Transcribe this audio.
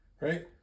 right